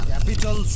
Capital